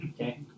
okay